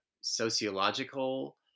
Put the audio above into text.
sociological